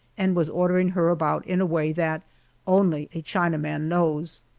and was ordering her about in a way that only a chinaman knows.